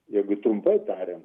jeigu trumpai tariant